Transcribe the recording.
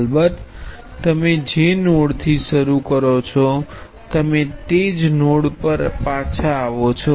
અલબત્ત તમે જે નોડ થી શરૂ કરો છો તમે તે જ નોડ પર પાછા આવો છો